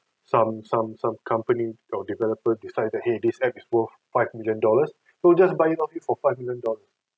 some some some company or developer decided !hey! this app's worth five million dollars so just buy it off you for five million dollars